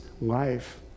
life